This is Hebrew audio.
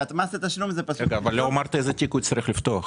ומס התשלום --- אבל לא אמרת איזה תיק הוא יצטרך לפתוח.